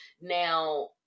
Now